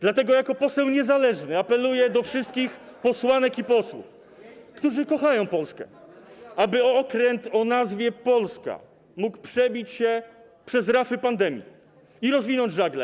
Dlatego jako poseł niezależny apeluję do wszystkich posłanek i posłów, którzy kochają Polskę, aby okręt o nazwie Polska mógł przebić się przez rafy pandemii i rozwinąć żagle.